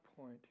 point